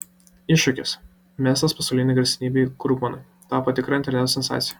iššūkis mestas pasaulinei garsenybei krugmanui tapo tikra interneto sensacija